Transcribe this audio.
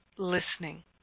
Listening